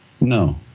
No